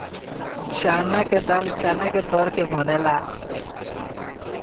चना के दाल चना के दर के बनेला